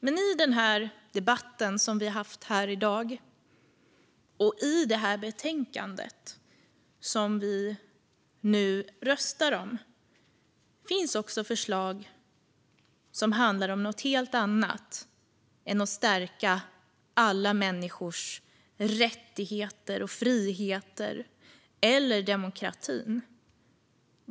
Men i den debatt vi har haft här i dag och i det betänkande vi ska rösta om finns det förslag som handlar om något helt annat än att stärka alla människors rättigheter och friheter eller demokratin.